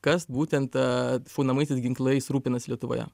kas būtent šaunamaisiais ginklais rūpinasi lietuvoje